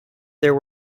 there